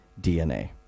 DNA